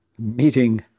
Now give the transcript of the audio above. meeting